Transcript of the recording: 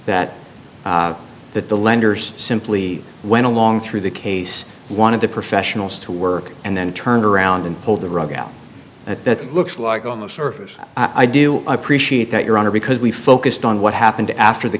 that that the lenders simply went along through the case one of the professionals to work and then turned around and pulled the rug out that looks like on the surface i do appreciate that your honor because we focused on what happened after the